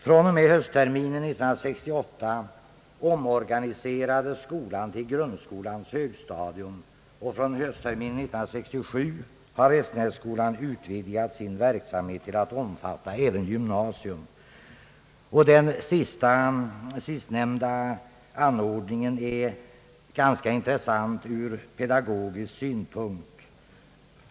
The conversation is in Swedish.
Från och med höstterminen 1968 omorganiserades skolan i fråga om grundskolans högstadium, och från och med höstterminen 1967 har Restenässkolan utvidgat sin verksamhet till att omfatta även gymnasium, Den sistnämnda anordningen är ganska intressant ur pedagogisk synpunkt.